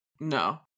No